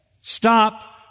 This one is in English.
Stop